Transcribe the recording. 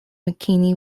mckinney